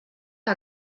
que